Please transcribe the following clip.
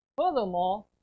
Furthermore